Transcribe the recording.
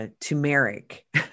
turmeric